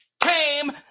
came